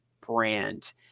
brand